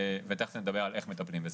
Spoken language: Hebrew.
ותכף נדבר על איך מטפלים בזה.